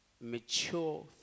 mature